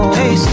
hey